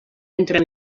entre